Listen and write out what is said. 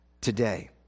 today